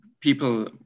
people